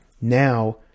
Now